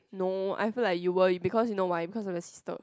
no I feel like you will because you know why because of the sister